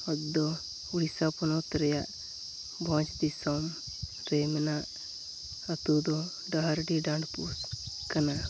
ᱚᱛ ᱫᱚ ᱳᱰᱤᱥᱟ ᱯᱚᱱᱚᱛ ᱨᱮᱭᱟᱜ ᱵᱷᱚᱡᱽ ᱫᱤᱥᱚᱢᱨᱮ ᱢᱮᱱᱟᱜ ᱟᱛᱳᱫᱚ ᱰᱟᱦᱟᱨᱰᱤ ᱰᱟᱱᱰᱵᱳᱥ ᱠᱟᱱᱟ